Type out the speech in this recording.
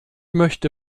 möchte